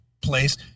place